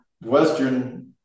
Western